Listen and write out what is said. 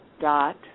dot